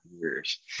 years